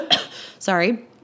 sorry